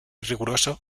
riguroso